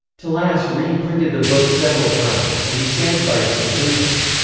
tlass re-printed the book several times, and he stands by its conclusions.